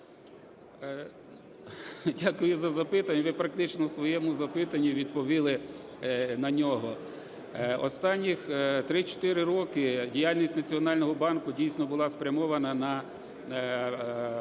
Дякую за запитання. Ви практично в своєму запитанні відповіли на нього. Останніх 3-4 роки діяльність Національного банку, дійсно, була спрямована на